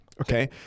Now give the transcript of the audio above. Okay